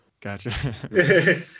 Gotcha